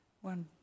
one